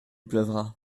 pleuvra